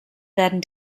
werden